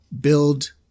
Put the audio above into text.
build